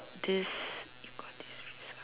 this you got this resource